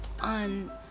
on